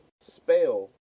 Spell